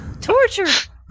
Torture